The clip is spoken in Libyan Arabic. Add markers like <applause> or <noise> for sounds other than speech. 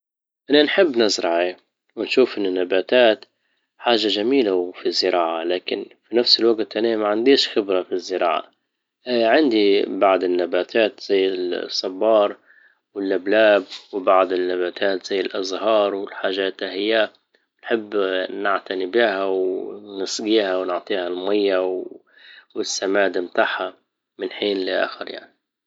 انى نحب نزرع ايه ونشوف انو النباتات حاجة جميلة وفي الزراعة لكن فى نفس الوجت انا معنديش خبرة فالزراعة <hesitation> عندي بعض النباتات زي الصبار واللبلاب وبعض النباتات زي الازهار والحاجات ده هي نحب <hesitation> نعتني بها ونسجيها ونعطيها المية والسماد متاعها من حين لاخر يعني